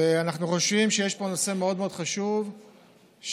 אנחנו חושבים שיש פה נושא חשוב מאוד,